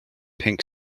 pink